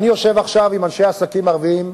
אני יושב עכשיו עם אנשי עסקים ערבים,